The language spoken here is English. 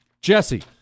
Jesse